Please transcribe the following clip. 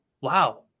Wow